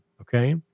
okay